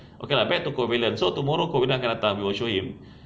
okay lah back to covalent so tomorrow covalent akan datang we will show him